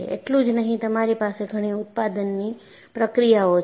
એટલું જ નહીં તમારી પાસે ઘણી ઉત્પાદનની પ્રક્રિયાઓ છે